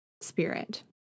spirit